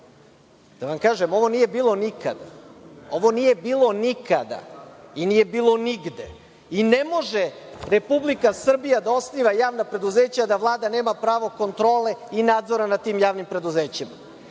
Da vam kažem, ovo nije bilo nikada i nije bilo nigde. Ne može Republika Srbija da osniva javna preduzeća, a da Vlada nema pravo kontrole i nadzora nad tim javnim preduzećima.